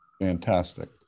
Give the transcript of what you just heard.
Fantastic